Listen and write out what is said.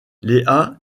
léa